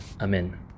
Amen